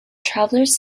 travelers